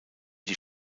die